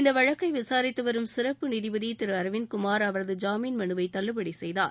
இந்த வழக்கை விசாரித்து வரும் சிறப்பு நீதிபதி திரு அரவிந்த் குமார் அவரது ஜாமீன் மனுவை தள்ளுபடி செய்தார்